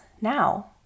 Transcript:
now